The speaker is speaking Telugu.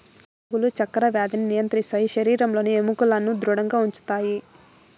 రాగులు చక్కర వ్యాధిని నియంత్రిస్తాయి శరీరంలోని ఎముకలను ధృడంగా ఉంచుతాయి